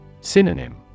Synonym